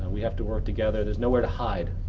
we have to work together. there's nowhere to hide,